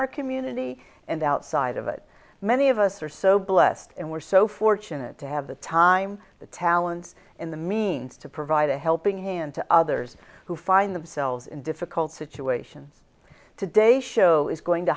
our community and outside of it many of us are so blessed and we're so fortunate to have the time the talents and the means to provide a helping hand to others who find themselves in difficult situations today show is going to